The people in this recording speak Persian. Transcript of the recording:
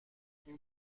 این